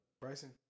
Bryson